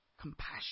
compassion